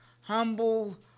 humble